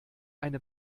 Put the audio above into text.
eine